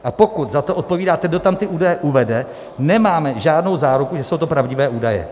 A pokud za to odpovídá ten, kdo tam ty údaje uvede, nemáme žádnou záruku, že jsou to pravdivé údaje.